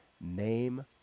Name